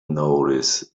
notice